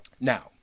Now